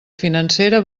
financera